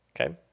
Okay